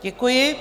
Děkuji.